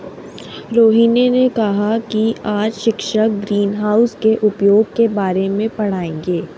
रोहिनी ने कहा कि आज शिक्षक ग्रीनहाउस के उपयोग के बारे में पढ़ाएंगे